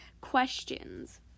questions